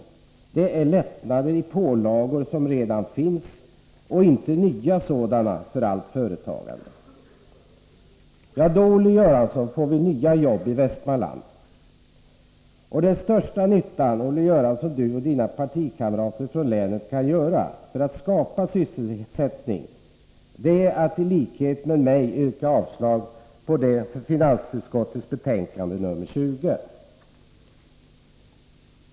Vad som behövs är lättnader i de pålagor som redan finns och inte nya sådana för allt företagande. Då, Olle Göransson, får vi nya jobb i Västmanland. Den största nyttan Olle Göransson och hans partikamrater från länet kan göra för att skapa sysselsättning är att i likhet med mig yrka avslag på hemställan i finansutskottets betänkande 20.